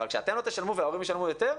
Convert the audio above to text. אבל שאתם לא תשלמו וההורים ישלמו יותר?